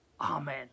Amen